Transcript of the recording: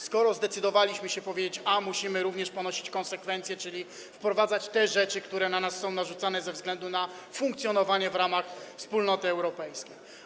Skoro zdecydowaliśmy się powiedzieć A, to musimy również ponosić konsekwencje, czyli wprowadzać te rzeczy, które są narzucane na nas ze względu na funkcjonowanie w ramach Wspólnoty Europejskiej.